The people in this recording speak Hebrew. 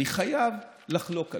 אני חייב לחלוק עליך.